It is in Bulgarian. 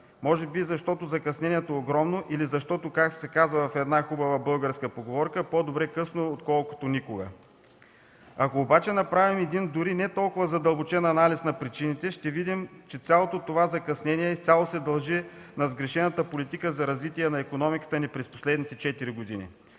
Може би защото закъснението е огромно, или защото, както се казва в една хубава българска поговорка: „По-добре късно, отколкото никога”. Ако обаче направим един дори не толкова задълбочен анализ на причините, ще видим, че цялото това закъснение изцяло се дължи на сгрешената политика за развитие на икономиката ни през последните четири